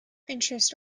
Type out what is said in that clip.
interests